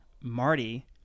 Marty